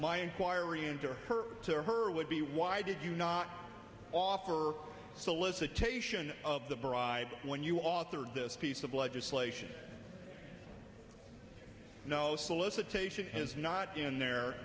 my inquiry into her to her would be why did you not offer solicitation of the bribe when you authored this piece of legislation no solicitation has not been there